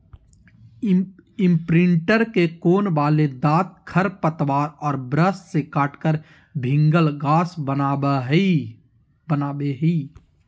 imprinter के कोण वाले दांत खरपतवार और ब्रश से काटकर भिन्गल घास बनावैय हइ